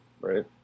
right